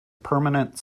permanent